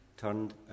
turned